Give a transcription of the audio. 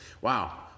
Wow